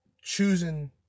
choosing